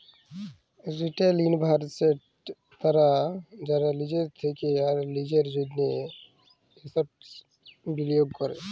retail investors তারা যারা লিজের থেক্যে আর লিজের জন্হে এসেটস বিলিয়গ ক্যরে